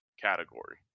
category